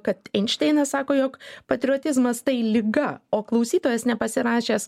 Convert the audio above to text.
kad einšteinas sako jog patriotizmas tai liga o klausytojas nepasirašęs